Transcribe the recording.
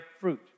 fruit